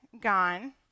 gone